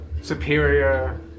Superior